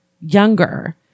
younger